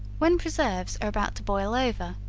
when preserves are about to boil over,